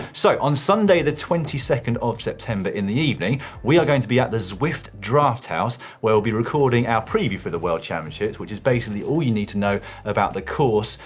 so, on sunday the twenty second of september in the evening, we are going to be at the zwift draft house, where we'll be recording our preview for the world championships, which is basically all you need to know about the course,